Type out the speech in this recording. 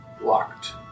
locked